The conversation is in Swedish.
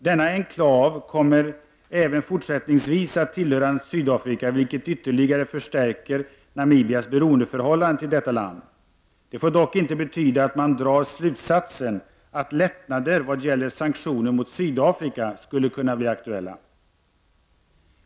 Denna enklav kommer även fortsättningsvis att tillhöra Sydafrika, vilket ytterligare för stärker Namibias beroendeförhållande till detta land. Det får dock inte betyda att man drar slutsatsen att lättnader vad gäller sanktioner mot Sydafrika skulle kunna bli aktuella.